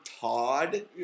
Todd